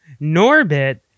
Norbit